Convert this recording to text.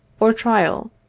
or trial,